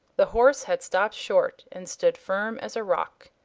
the horse had stopped short, and stood firm as a rock.